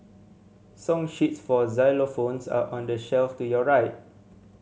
song sheets for xylophones are on the shelf to your right